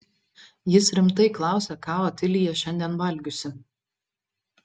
jis rimtai klausia ką otilija šiandien valgiusi